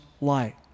light